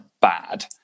Bad